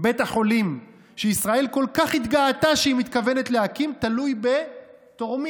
בית החולים שישראל כל כך התגאתה שהיא מתכוונים להקים תלוי בתורמים.